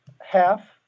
half